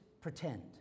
pretend